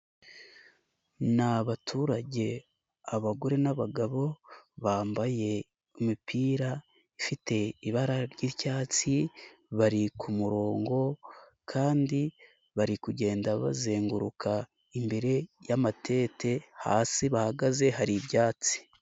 Ni abaturage abagore n'abagabo bambaye imipira ifite ibara ry'icyatsi, bari ku murongo kandi bari kugenda bazenguruka imbere y'amatente, hasi bahagaze hari ibyatsi.